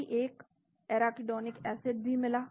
अभी एक arachidonic acid भी मिला